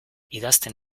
idazten